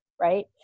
right